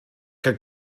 que